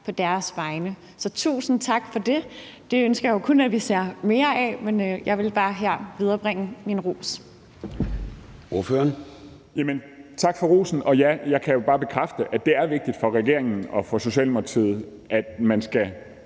på deres vegne. Så tusind tak for det. Det ønsker jeg jo kun at vi ser mere af, men her ville jeg bare viderebringe min ros.